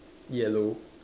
yellow